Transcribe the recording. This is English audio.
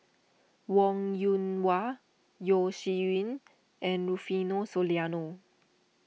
Wong Yoon Wah Yeo Shih Yun and Rufino Soliano